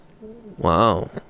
wow